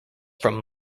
from